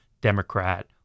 Democrat